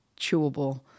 chewable